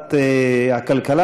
ועדת הכלכלה,